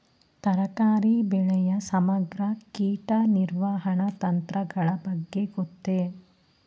ತರಕಾರಿ ಬೆಳೆಯ ಸಮಗ್ರ ಕೀಟ ನಿರ್ವಹಣಾ ತಂತ್ರಗಳ ಬಗ್ಗೆ ಗೊತ್ತೇ?